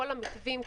כל המתווים,